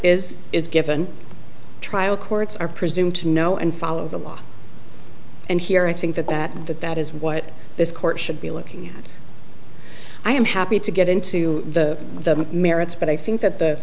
is is given trial courts are presumed to know and follow the law and here i think that that that is what this court should be looking at i am happy to get into the merits but i think that the